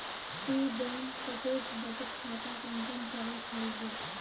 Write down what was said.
ती बैंक कतेक बचत खाता कुंसम करे खोलबो?